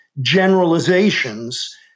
generalizations